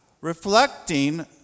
reflecting